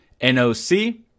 NOC